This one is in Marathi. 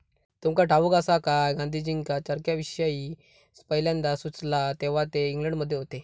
तुमका ठाऊक आसा काय, गांधीजींका चरख्याविषयी पयल्यांदा सुचला तेव्हा ते इंग्लंडमध्ये होते